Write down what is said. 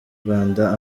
rwanda